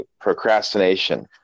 procrastination